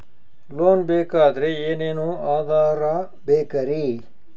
Loan ಬೇಕಾದ್ರೆ ಏನೇನು ಆಧಾರ ಬೇಕರಿ?